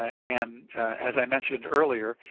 and as i mentioned earlier,